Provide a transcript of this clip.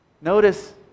Notice